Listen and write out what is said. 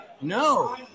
No